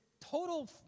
total